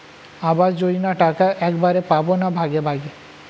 আবাস যোজনা টাকা একবারে পাব না ভাগে ভাগে?